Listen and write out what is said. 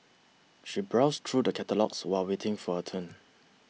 she browsed through the catalogues while waiting for her turn